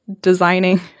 designing